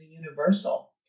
universal